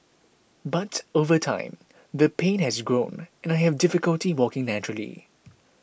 but over time the pain has grown and I have difficulty walking naturally